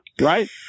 right